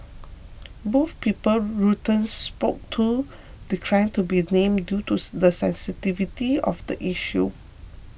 both people Reuters spoke to declined to be named due to the sensitivity of the issue